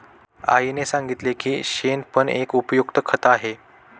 आईने सांगितले की शेण पण एक उपयुक्त खत आहे